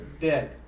dead